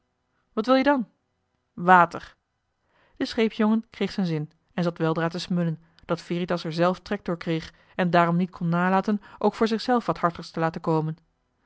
wat wil-je dan water de scheepsjongen kreeg zijn zin en zat weldra te smullen dat veritas er zelf trek door kreeg en daarom niet kon nalaten ook voor zichzelf wat hartigs te laten komen